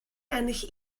ennill